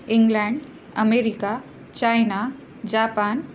England America China Japan